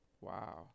Wow